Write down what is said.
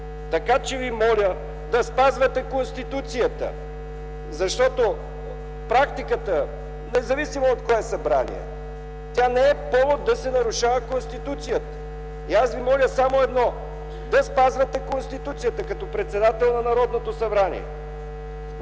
така че Ви моля да спазвате Конституцията, защото практиката, независимо от кое Събрание, не е повод да се нарушава Конституцията! И аз Ви моля само едно – да спазвате Конституцията като председател на Народното събрание!